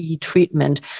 treatment